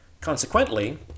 Consequently